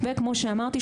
וכמו שאמרתי,